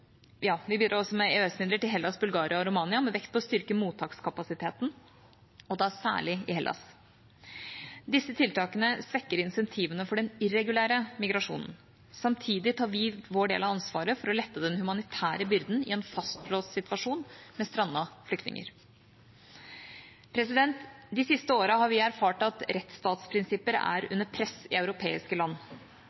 også med EØS-midler til Hellas, Bulgaria og Romania med vekt på å styrke mottakskapasiteten, og da særlig i Hellas. Disse tiltakene svekker insentivene for den irregulære migrasjonen. Samtidig tar vi vår del av ansvaret for å lette den humanitære byrden i en fastlåst situasjon med strandede flyktninger. De siste årene har vi erfart at rettsstatsprinsipper er